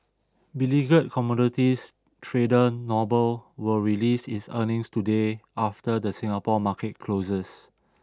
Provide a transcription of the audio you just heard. beleaguered commodities trader Noble will release its earnings today after the Singapore market closes